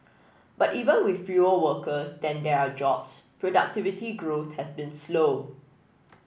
but even with fewer workers than there are jobs productivity growth has been slow